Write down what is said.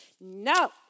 no